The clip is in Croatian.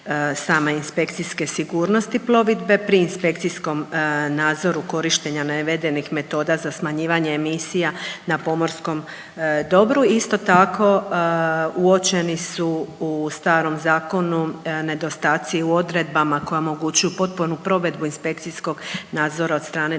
inspekcijske sigurnosti plovidbe pri inspekcijskom nadzoru korištenja navedenih metoda za smanjivanje emisija na pomorskom dobru. Isto tako uočeni su u starom zakonu nedostatci u odredbama koje omogućuju potpunu provedbu inspekcijskog nadzora od strane